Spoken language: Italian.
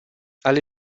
alle